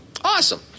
Awesome